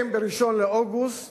אם ב-1 באוגוסט